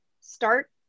Start